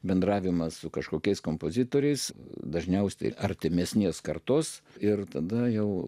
bendravimas su kažkokiais kompozitoriais dažniausiai artimesnės kartos ir tada jau